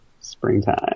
springtime